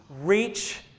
reach